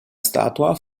statua